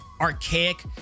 archaic